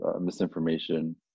misinformation